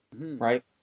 right